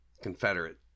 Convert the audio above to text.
confederate